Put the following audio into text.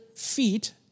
feet